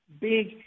big